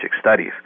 studies